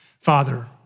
Father